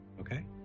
okay